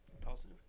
Positive